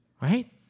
right